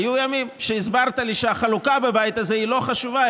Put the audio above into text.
היו ימים שהסברת לי שהחלוקה בבית הזה היא לא חשובה,